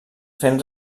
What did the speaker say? fent